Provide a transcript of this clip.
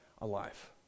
alive